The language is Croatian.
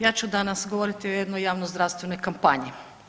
Ja ću danas govoriti o jednoj javno-zdravstvenoj kampanji.